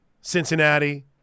Cincinnati